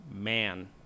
man